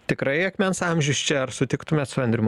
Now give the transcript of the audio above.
tikrai akmens amžius čia ar sutiktumėt su andrium